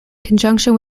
conjunction